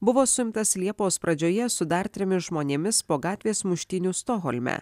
buvo suimtas liepos pradžioje su dar trimis žmonėmis po gatvės muštynių stokholme